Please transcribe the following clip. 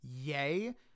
yay